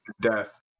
Death